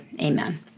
Amen